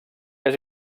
més